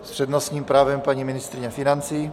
S přednostním právem paní ministryně financí.